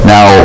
Now